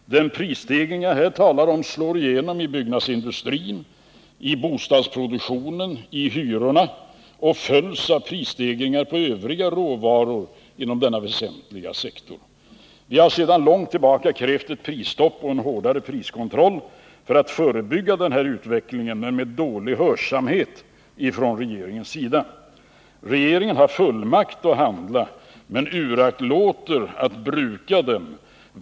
Den prisstegring jag här talar om slår igenom i byggnadsindustrin, i bostadsproduktionen, i hyrorna och följs av prisstegringar på övriga råvaror inom denna väsentliga sektor. Vi har sedan långt tillbaka krävt ett prisstopp och en hårdare priskontroll för att förebygga den här utvecklingen men med dålig hörsamhet från regeringens sida. Regeringen har fullmakt att handla men uraktlåter att bruka den.